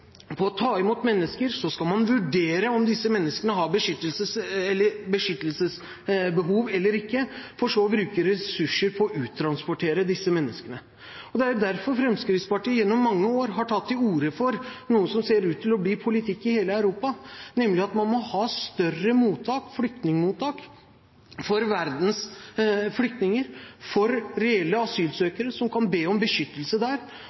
på å ta imot mennesker, så skal man vurdere om disse menneskene har beskyttelsesbehov eller ikke, for så å bruke ressurser på å uttransportere disse menneskene. Det er derfor Fremskrittspartiet gjennom mange år har tatt til orde for noe som ser ut til å bli politikk i hele Europa, nemlig at man må ha større flyktningmottak for verdens flyktninger, for reelle asylsøkere, som kan be om beskyttelse der,